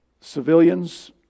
civilians